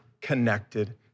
connected